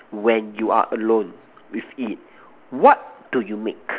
when you are alone with it what do you make